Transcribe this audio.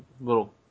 little